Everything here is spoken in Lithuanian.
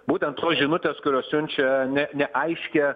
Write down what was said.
būtent tos žinutės kurios siunčia ne neaiškią